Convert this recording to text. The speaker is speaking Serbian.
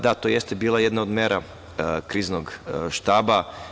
Da, to jeste bila jedna od mera Kriznog štaba.